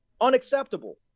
Unacceptable